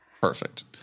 Perfect